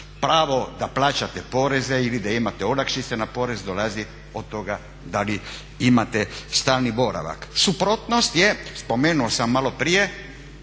pravo da plaćate poreze ili da imate olakšice na porez dolazi od toga da li imate stalni boravak. Suprotnost je, spomenuo sam malo prije,